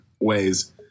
ways